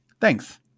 Thanks